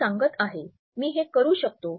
मी सांगत आहे मी हे करू शकतो